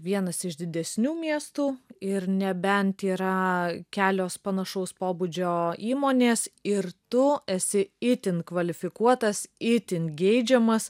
vienas iš didesnių miestų ir nebent yra kelios panašaus pobūdžio įmonės ir tu esi itin kvalifikuotas itin geidžiamas